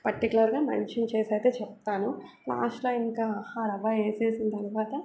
పర్టికులర్గా మెన్షన్ చేసయితే చెప్తాను లాస్ట్లో ఇంకా ఆ రవ్వ వేసేసిన తర్వాత